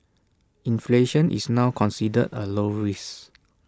inflation is now considered A low risk